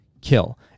kill